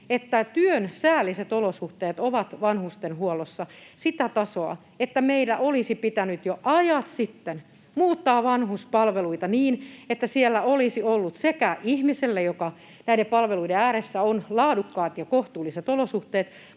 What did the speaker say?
että työn säälliset olosuhteet ovat vanhustenhuollossa sitä tasoa, että meillä olisi pitänyt jo ajat sitten muuttaa vanhuspalveluita niin, että siellä olisi ollut sekä ihmiselle, joka näiden palveluiden ääressä on, laadukkaat ja kohtuulliset olosuhteet